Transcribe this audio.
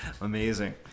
amazing